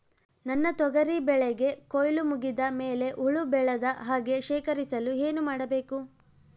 ನನ್ನ ತೊಗರಿ ಬೆಳೆಗೆ ಕೊಯ್ಲು ಮುಗಿದ ಮೇಲೆ ಹುಳು ಬೇಳದ ಹಾಗೆ ಶೇಖರಿಸಲು ಏನು ಮಾಡಬೇಕು?